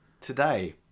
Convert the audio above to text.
today